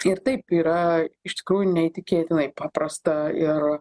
ir taip yra iš tikrųjų neįtikėtinai paprasta ir